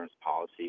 policy